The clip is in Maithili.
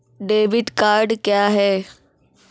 डेबिट कार्ड क्या हैं?